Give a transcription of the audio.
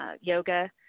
yoga